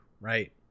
right